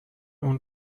اون